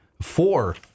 four